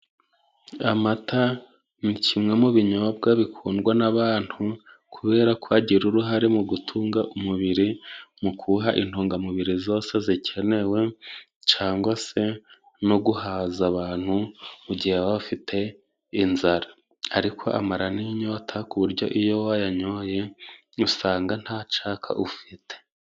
Amata ni kimwe mu binyobwa bikundwa n'abantu kubera kugira uruhare mu gutunga umubiri, mu kuwuha intungamubiri zose zikenewe cangwa se no guhaza abantu, mu gihe baba bafite inzara. Ariko amara n'inyota ku buryo iyo wayanyoye usanga nta caka ufite.